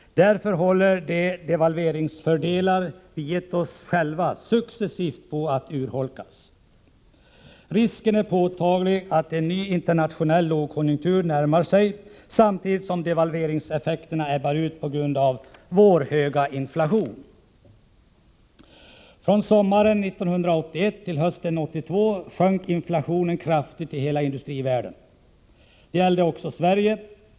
Därför håller de devalveringsfördelar vi gett oss själva successivt på att urholkas. Risken är påtaglig att en ny internationell lågkonjunktur börjar närma sig samtidigt som devalveringseffekten ebbar ut på grund av vår höga inflation. Från sommaren 1981 till hösten 1982 sjönk inflationen kraftigt i hela industrivärlden. Det gällde också Sverige.